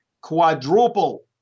quadruple